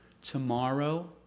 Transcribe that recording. tomorrow